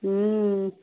ம்